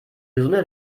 gesunde